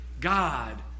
God